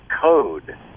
code